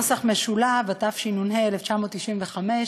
התשנ"ה 1995,